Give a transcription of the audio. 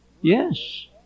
Yes